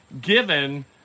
given